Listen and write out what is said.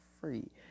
free